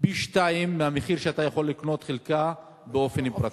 פי-שניים מהמחיר שבו אתה יכול לקנות חלקה באופן פרטי.